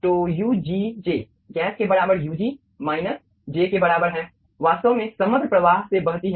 तो ugj gas के बराबर ug माइनस j के बराबर है वास्तव में समग्र प्रवाह से बहती है